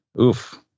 Oof